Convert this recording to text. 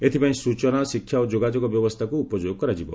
ଏଥିପାଇଁ ସ୍ବଚନା ଶିକ୍ଷା ଓ ଯୋଗାଯୋଗ ବ୍ୟବସ୍ଥାକୁ ଉପଯୋଗ କରାଯିବ